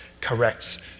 corrects